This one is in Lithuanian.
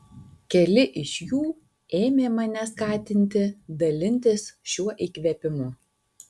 keli iš jų ėmė mane skatinti dalintis šiuo įkvėpimu